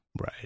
Right